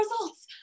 results